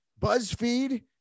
BuzzFeed